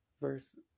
Verse